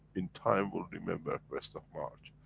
in time we'll remember first of march.